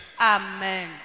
Amen